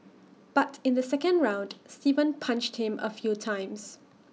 but in the second round Steven punched him A few times